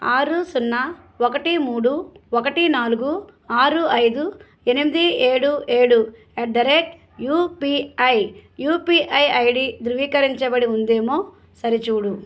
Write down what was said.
ఆరు సున్నా ఒకటి మూడు ఒకటి నాలుగు ఆరు ఐదు ఎనిమిది ఏడు ఏడు at the rate UPI UPI ID ధృవీకరించబడి ఉందేమో సరిచూడు